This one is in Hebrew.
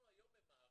אנחנו היום ממהרים,